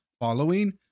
following